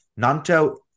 Nanto